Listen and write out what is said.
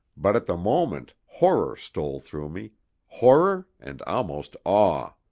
but at the moment horror stole through me horror, and almost awe.